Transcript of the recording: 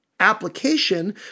application